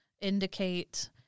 indicate